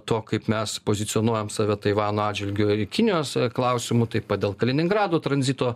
to kaip mes pozicionuojam save taivano atžvilgiu kinijos klausimu taip pat dėl kaliningrado tranzito